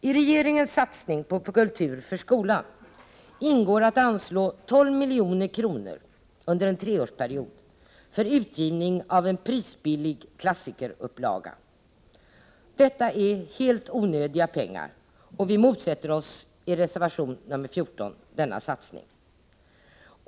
I regeringens satsning på kultur för skolan ingår ett anslag 12 milj.kr. under en treårsperiod för utgivning av en prisbillig klassikerupplaga. Detta är helt onödiga pengar, och vi motsätter oss i reservation 14 denna satsning.